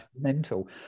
mental